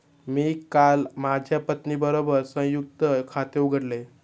मी काल माझ्या पत्नीबरोबर संयुक्त खाते उघडले